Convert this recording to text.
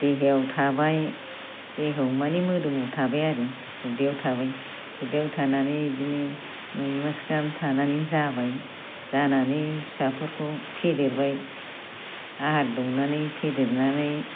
देहायाव थाबाय देहायाव माने मोदोमाव थाबाय आरो उदैयाव थाबाय उदैयाव थानानै बिदिनो नय मास गाहाम थानानै जाबाय जानानै फिसाफोरखौ फेदेरबाय आहार दौनानै फेदेरनानै